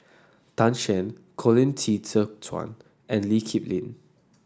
Tan Shen Colin Qi Zhe Quan and Lee Kip Lin